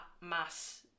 mass